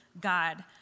God